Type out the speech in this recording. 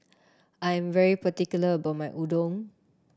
I'm very particular about my Udon